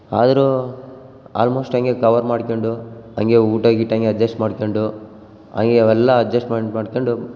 ಆದರು ಆಲ್ಮೋಸ್ಟ್ ಹಂಗೆ ಕವರ್ ಮಾಡ್ಕೊಂಡು ಹಂಗೆ ಊಟ ಗೀಟ ಹಂಗೆ ಅಜ್ಜಸ್ಟ್ ಮಾಡ್ಕೊಂಡು ಹಂಗೇ ಅವೆಲ್ಲ ಅಜಸ್ಟ್ಮೆಂಟ್ ಮಾಡ್ಕೊಂಡು